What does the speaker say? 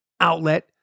outlet